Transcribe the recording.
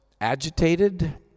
agitated